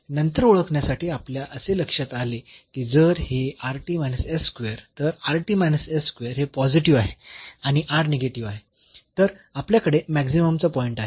आणि नंतर ओळखण्यासाठी आपल्या असे लक्षात आले की जर हे तर हे पॉझिटिव्ह आहे आणि निगेटिव्ह आहे तर आपल्याकडे मॅक्सिममचा पॉईंट आहे